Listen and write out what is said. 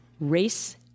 race